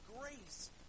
grace